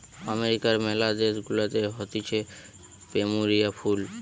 আমেরিকার ম্যালা দেশ গুলাতে হতিছে প্লুমেরিয়া ফুল